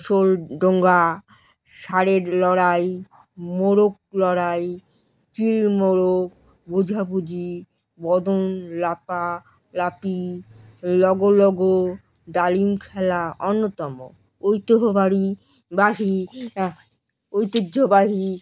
শোলডোঙ্গা ষাঁড়ের লড়াই মোরগ লড়াই চিল মোরগ বোঝাবুঝি বদন লাপালাপি লগো লগো ডালিম খেলা অন্যতম ঐতিহ্যবাড়ী বাহী ঐতিহ্যবাহী